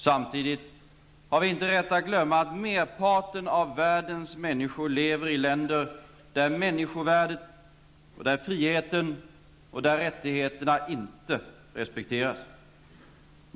Samtidigt har vi inte rätt att glömma att merparten av världens människor lever i länder där människovärdet, friheten och rättigheterna inte respekteras.